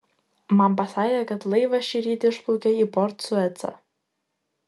man pasakė kad laivas šįryt išplaukė į port suecą